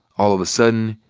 all of a sudden,